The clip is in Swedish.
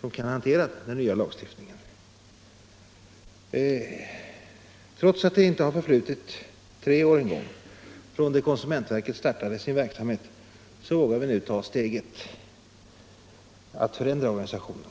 som kan hantera den nya lagstiftningen. Trots att det inte ens har förflutit tre år sedan konsumentverket startade sin verksamhet vågar vi nu ta steget att förändra organisationen.